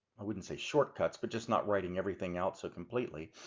i wouldn't say shortcuts, but just not writing everything out so completely.